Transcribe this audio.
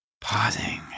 pausing